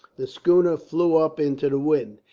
the schooner flew up into the wind.